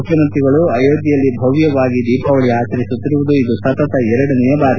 ಮುಖ್ಯಮಂತ್ರಿಗಳು ಅಯೋಧ್ಯೆಯಲ್ಲಿ ಭವ್ಯವಾಗಿ ದೀಪಾವಳಿ ಆಚರಿಸುತ್ತಿರುವುದು ಇದು ಸತತ ಎರಡನೆಯ ಬಾರಿ